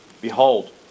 behold